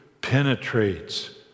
penetrates